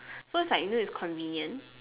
first like this is convenient